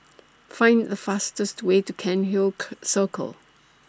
Find The fastest Way to Cairnhill Circle